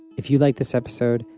if you liked this episode,